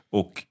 och